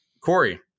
Corey